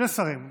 שני שרים,